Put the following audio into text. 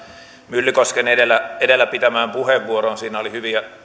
myllykosken edellä edellä pitämään puheenvuoroon siinä oli hyviä